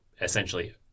essentially